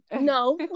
No